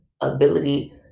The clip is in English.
ability